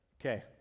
okay